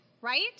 Right